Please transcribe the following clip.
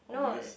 or because